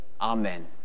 Amen